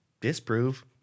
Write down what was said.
disprove